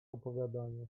opowiadanie